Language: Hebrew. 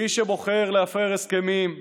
מי שבוחר להפר הסכמים,